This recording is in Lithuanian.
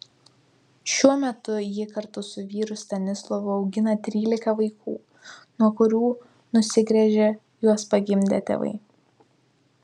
šiuo metu ji kartu su vyru stanislovu augina trylika vaikų nuo kurių nusigręžė juos pagimdę tėvai